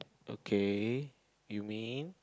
okay you mean